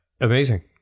Amazing